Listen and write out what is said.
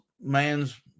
man's